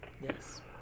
Yes